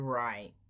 right